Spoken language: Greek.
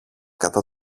κατά